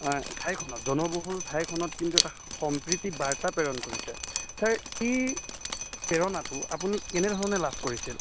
ঠাইখনত জনবহুল ঠাইখনত কিন্তু এটা সম্প্ৰীতি বাৰ্তা প্ৰেৰণ কৰিছে ছাৰ এই প্ৰেৰণাটো আপুনি কেনেধৰণে লাভ কৰিছিল